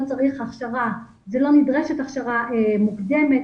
לא צריך הכשרה ולא נדרשת הכשרה מוקדמת,